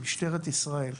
משטרת ישראל,